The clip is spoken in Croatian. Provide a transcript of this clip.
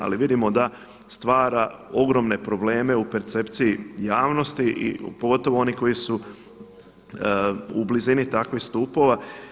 Ali vidimo da stvara ogromne probleme u percepciji javnosti pogotovo onih koji su u blizini takvih stupova.